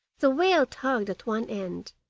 the whale tugged at one end,